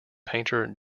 painter